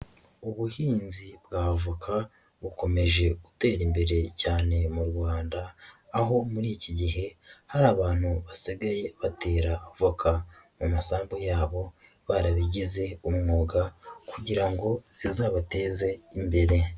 Ubuhinzi bw'avoka bukomeje gutera imbere cyane mu Rwanda, aho muri iki gihe hari abantu basigaye batera avoka mu masambu yabo barabigize umwuga kugira ngo zizabateze imbere.